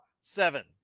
Seven